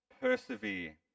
persevere